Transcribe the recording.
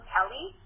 Kelly